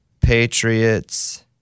Patriots